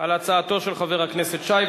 על הצעתו של חבר הכנסת שי.